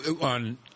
On